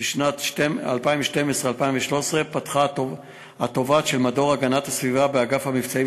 בשנת 2012/13 פתחה התובעת של מדור הגנת הסביבה באגף המבצעים